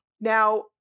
Now